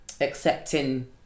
accepting